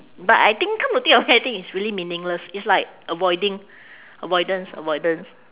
but I think come to think of it I think it's really meaningless it's like avoiding avoidance avoidance